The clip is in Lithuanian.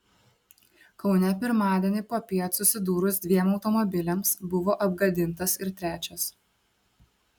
kaune pirmadienį popiet susidūrus dviem automobiliams buvo apgadintas ir trečias